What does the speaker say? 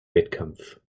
wettkampf